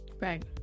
Right